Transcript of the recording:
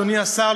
אדוני השר,